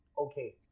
okay